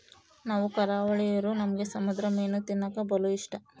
ನಾವು ಕರಾವಳಿರೂ ನಮ್ಗೆ ಸಮುದ್ರ ಮೀನು ತಿನ್ನಕ ಬಲು ಇಷ್ಟ